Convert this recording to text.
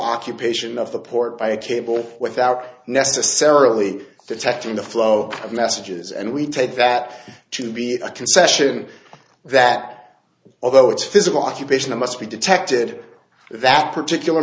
occupation of the port by a cable without necessarily detecting the flow of messages and we take that to be a concession that although it's physical occupational must be detected that particular